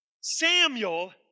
Samuel